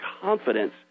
confidence